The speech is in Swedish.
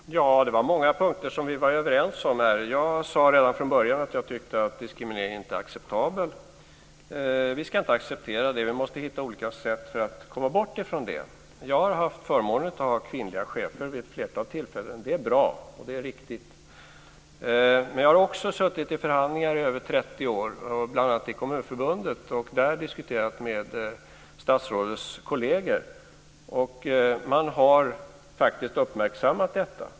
Fru talman! Det var många punkter vi var överens om. Jag sade redan från början att jag inte tycker att diskriminering är acceptabel. Vi ska inte acceptera det. Vi måste hitta olika sätt för att komma bort från det. Jag har haft förmånen att ha kvinnliga chefer vid ett flertal tillfällen. Det är bra och riktigt. Men jag har också suttit i förhandlingar i över 30 år, bl.a. i Kommunförbundet och där diskuterat med statsrådets kolleger. Man har uppmärksammat detta.